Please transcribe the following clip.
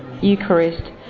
Eucharist